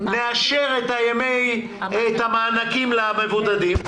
נאשר את המענקים למבודדים,